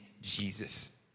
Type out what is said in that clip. Jesus